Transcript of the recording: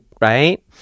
Right